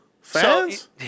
Fans